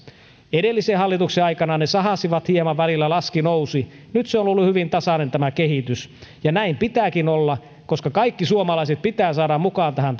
edellisen hallituksen aikana ne sahasivat hieman välillä laskivat välillä nousivat nyt on on ollut hyvin tasainen tämä kehitys ja näin pitääkin olla koska kaikki suomalaiset pitää saada mukaan tähän